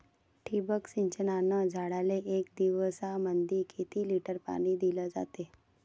ठिबक सिंचनानं झाडाले एक दिवसामंदी किती लिटर पाणी दिलं जातं?